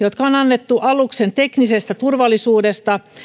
jotka on annettu aluksen teknisestä turvallisuudesta